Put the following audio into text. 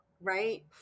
right